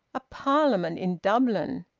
a parliament in dublin!